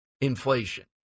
inflation